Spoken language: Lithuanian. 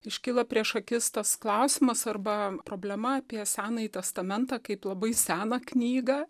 iškila prieš akis tas klausimas arba problema apie senąjį testamentą kaip labai seną knygą